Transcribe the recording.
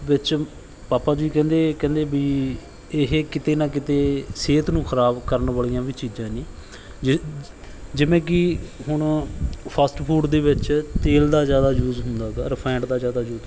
ਵਿੱਚ ਪਾਪਾ ਜੀ ਕਹਿੰਦੇ ਕਹਿੰਦੇ ਵੀ ਇਹ ਕਿਤੇ ਨਾ ਕਿਤੇ ਸਿਹਤ ਨੂੰ ਖ਼ਰਾਬ ਕਰਨ ਵਾਲੀਆਂ ਵੀ ਚੀਜ਼ਾਂ ਨੇ ਜਿਵੇਂ ਕਿ ਹੁਣ ਫਾਸਟ ਫੂਡ ਦੇ ਵਿੱਚ ਤੇਲ ਦਾ ਜ਼ਿਆਦਾ ਯੂਜ ਹੁੰਦਾ ਰਿਫਾਇਡ ਦਾ ਜ਼ਿਆਦਾ ਯੂਜ ਹੁੰਦਾ